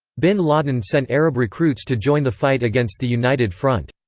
bin laden sent arab recruits to join the fight against the united front.